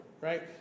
right